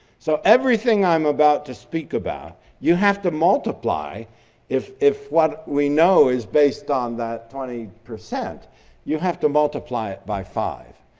so everything i'm about to speak about you have to multiply if if what we know is based on that twenty. you have to multiply it by five.